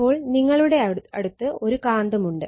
അപ്പോൾ നിങ്ങളുടെ അടുത്ത് ഒരു കാന്തം ഉണ്ട്